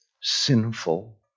sinful